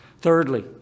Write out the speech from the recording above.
Thirdly